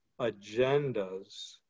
agendas